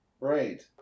Right